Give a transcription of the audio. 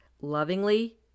lovingly